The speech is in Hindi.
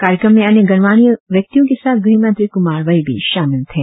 कार्यक्रम में अन्य गणमान्य लोगों के साथ गृहमंत्री कुमार वाई भी शामील थे